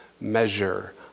measure